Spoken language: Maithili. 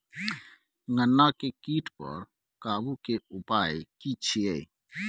गन्ना के कीट पर काबू के उपाय की छिये?